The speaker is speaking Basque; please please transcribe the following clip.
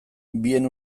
bien